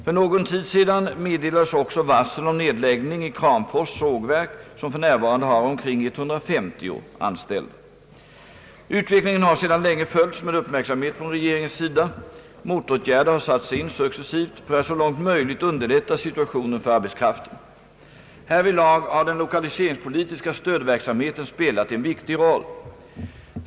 För någon tid sedan meddelades också varsel om nedläggning av Kramfors” sågverk som f.n. har omkring 150 anställda. Utvecklingen har sedan länge följts med uppmärksamhet från regeringens sida. Motåtgärder har satts in successivt för att så långt möjligt underlätta situationen för arbetskraften. Härvidlag har den lokaliseringspolitiska stödverksamheten spelat en viktig roll.